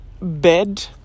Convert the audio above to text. bed